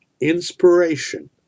inspiration